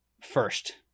first